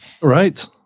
Right